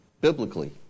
biblically